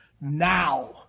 now